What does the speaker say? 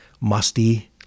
musty